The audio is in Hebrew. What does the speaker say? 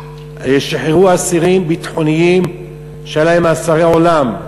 שחררו אסירים ביטחוניים שהיו להם מאסרי עולם,